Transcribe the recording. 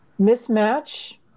Mismatch